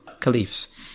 Caliphs